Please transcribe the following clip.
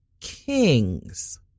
kings